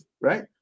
right